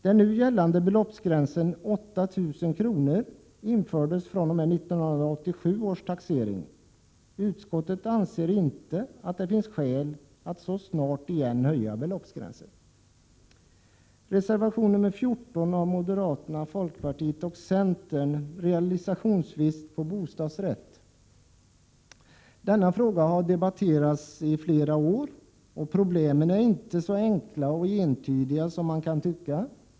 Den nu gällande beloppsgränsen 8 000 kr. infördes fr.o.m. 1987 års taxering. Utskottsmajoriteten anser inte att det finns skäl att så snart igen höja beloppsgränsen. Reservation nr 14 av moderaterna, folkpartiet och centern gäller realisationsvinst på bostadsrätt. Denna fråga har debatterats i flera år, och problemen är inte så enkla och entydiga som man kan tycka.